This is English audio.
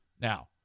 Now